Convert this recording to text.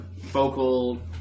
vocal